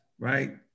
Right